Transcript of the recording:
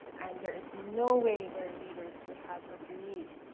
and there is no way their leaders would have agreed